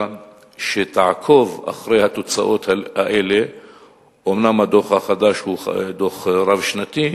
שתעקוב אחרי התוצאות האלה אומנם הדוח החדש הוא דוח רב-שנתי,